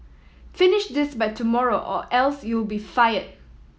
finish this by tomorrow or else you'll be fired